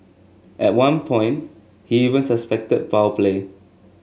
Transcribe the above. at one point he even suspected foul play